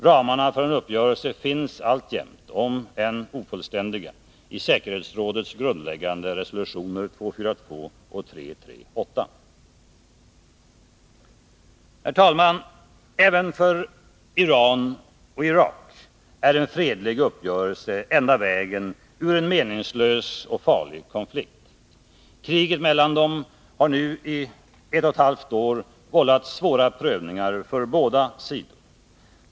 Ramarna för en uppgörelse finns alltjämt, om än ofullständiga, i säkerhetsrådets grundläggande resolutioner 242 och 338. Herr talman! Även för Iran och Irak är en fredlig uppgörelse enda vägen ur en meningslös och farlig konflikt. Kriget mellan dem har nu i ett och ett halvt år vållat svåra prövningar för båda sidor.